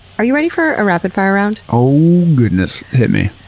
are you ready for a rapid-fire round? oh, goodness. hit me.